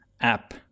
app